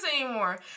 anymore